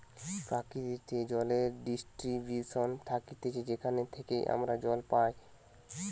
প্রকৃতিতে জলের ডিস্ট্রিবিউশন থাকতিছে যেখান থেইকে আমরা জল পাই